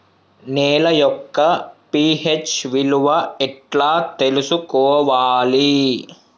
నేల యొక్క పి.హెచ్ విలువ ఎట్లా తెలుసుకోవాలి?